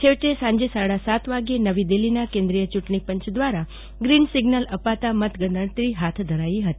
છેવટે સાંજે સાડાસાત વાગ્યે નવી દિલ્હીના કેન્દ્રીય ચૂટણીપંચ દવારા ગ્રોન સિગ્નલ અપાતા મતગણતરી હાથ ધરાઈ હતી